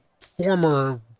former